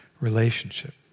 relationship